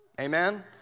Amen